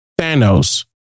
Thanos